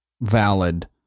valid